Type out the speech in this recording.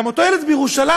גם אותו ילד מירושלים,